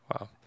Wow